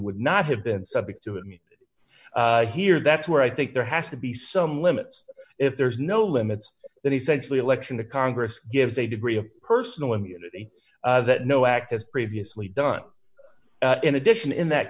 would not have been subject to it here that's where i think there has to be some limits if there's no limits that essentially election the congress gives a degree of personal immunity that no act has previously done in addition in that